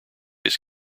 his